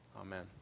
Amen